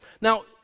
Now